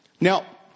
now